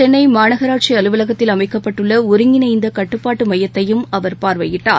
சென்னைமாநகராட்சிஅலுவலகத்தில் அமைக்கப்பட்டுள்ளஒருங்கிணைந்தகட்டுப்பாட்டுமையத்தையும் அவர் பார்வையிட்டார்